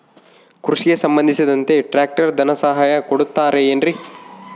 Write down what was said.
ಕೃಷಿಗೆ ಸಂಬಂಧಿಸಿದಂತೆ ಟ್ರ್ಯಾಕ್ಟರ್ ಸಹಾಯಧನ ಕೊಡುತ್ತಾರೆ ಏನ್ರಿ?